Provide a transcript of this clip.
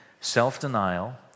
self-denial